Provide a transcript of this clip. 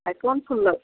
आइ कोन फूल लेब